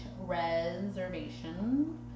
Reservation